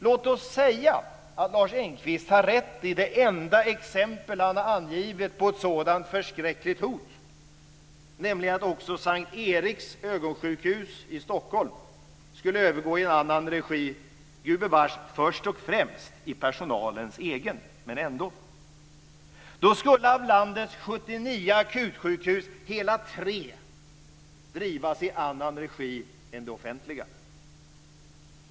Låt oss säga att Lars Engqvist har rätt i det enda exempel han har angivit på ett sådant förskräckligt hot, nämligen att också S:t Eriks Ögonsjukhus i Stockholm skulle övergå i annan regi - gubevars först och främst i personalens egen regi, men ändå. Då skulle av landets 79 akutsjukhus hela 3 drivas i annan regi än det offentliga.